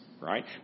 right